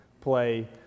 play